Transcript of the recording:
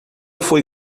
foi